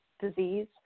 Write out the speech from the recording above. disease